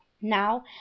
now